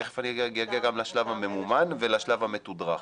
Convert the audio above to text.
תיכף אני אגיע גם לשלב הממומן ולשלב המתודרך,